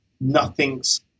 nothing's